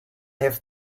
have